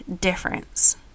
difference